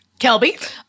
Kelby